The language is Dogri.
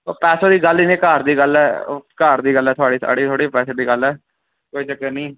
ते पैसे दी गल्ल ही ते घर दी गल्ल ऐ साढ़ी थोह्ड़ी पैसे दी गल्ल ऐ कोई चक्कर निं